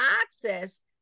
access